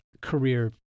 career